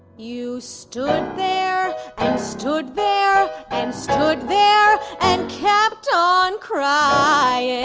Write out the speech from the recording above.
you stood there and stood there and stood there and kept on crying